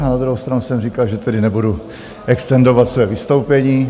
Na druhou stranu jsem říkal, že tedy nebudu extendovat své vystoupení.